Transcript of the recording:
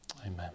Amen